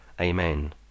Amen